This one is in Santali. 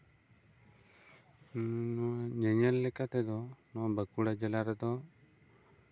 ᱦᱮᱸ ᱧᱮᱧᱮᱞ ᱞᱮᱠᱟ ᱛᱮᱫᱚ ᱱᱚᱣᱟ ᱵᱟᱸᱠᱩᱲᱟ ᱡᱮᱞᱟ ᱨᱮᱫᱚ